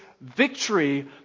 victory